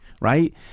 right